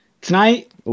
Tonight